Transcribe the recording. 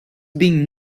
been